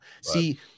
See